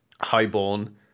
Highborn